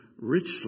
richly